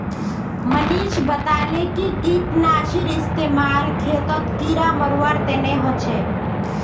मनीष बताले कि कीटनाशीर इस्तेमाल खेतत कीड़ा मारवार तने ह छे